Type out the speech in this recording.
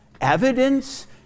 evidence